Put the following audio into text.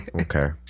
okay